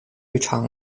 剧场